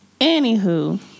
Anywho